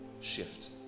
shift